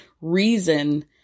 reason